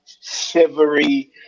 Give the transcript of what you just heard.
shivery